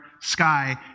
sky